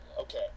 Okay